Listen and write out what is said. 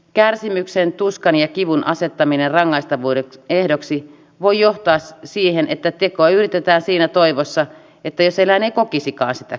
kärsimyksen tuskan ja kivun asettaminen rangaistavuuden ehdoksi voi johtaa siihen että tekoa yritetään siinä toivossa että eläin ei kokisikaan sitä kipua